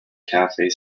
cafe